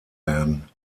werden